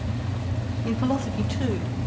in philosophy too,